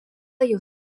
jau